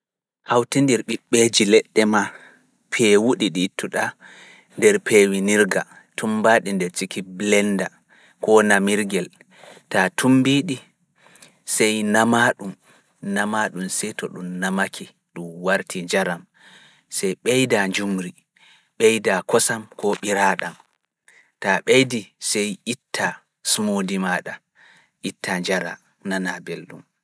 Hawtindir ɓiɓɓeeji leɗɗe ma peewuɗi ɗi ittuɗa nder peewinirga tumbaaɗi nder siki blenda koo bo namirgel, taa tumbiiɗi, sey nama ɗum, nama ɗum sey to ɗum namake ɗum warti njaram, sey ɓeyda njumri, ɓeyda kosam ko ɓiraaɗam. Itaa ɓeydi sey itta soomoodi maaɗa, itta njara nana belɗum.